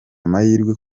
amahirwe